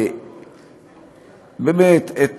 באמת, את